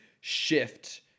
shift